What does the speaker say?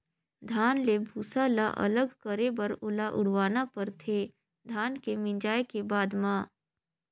धान ले भूसा ल अलग करे बर ओला उड़वाना परथे धान के मिंजाए के बाद म